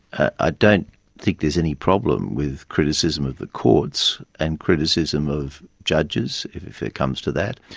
ah don't think there's any problem with criticism of the courts and criticism of judges, if if it comes to that.